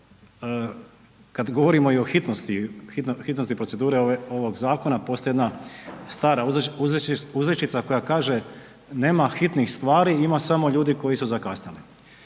kad govorimo o hitnosti, hitnosti procedure ovog zakona postoji jedna stara uzrečica koja kaže „nema hitnih stvari, ima samo ljudi koji su zakasnili“,